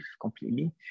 completely